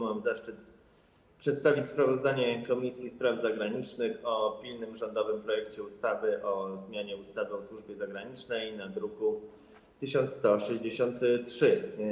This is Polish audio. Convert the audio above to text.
Mam zaszczyt przedstawić sprawozdanie Komisji Spraw Zagranicznych o pilnym rządowym projekcie ustawy o zmianie ustawy o służbie zagranicznej z druku nr 1163.